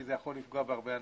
כי זה יכול לפגוע בהרבה אנשים.